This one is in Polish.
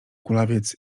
kulawiec